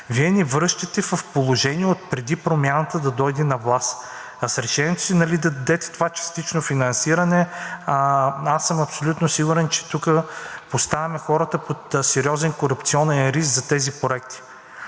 Вие ни връщате в положение отпреди „Промяната“ да дойде на власт. А с решението си да дадете това частично финансиране, аз съм абсолютно сигурен, че тук поставя хората под сериозен корупционен риск за тези проекти.